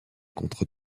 contre